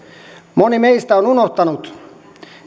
moni meistä on unohtanut